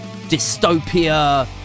dystopia